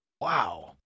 Wow